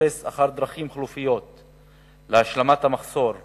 ולחפש דרכים חלופיות להשלמת המחסור בתקציב,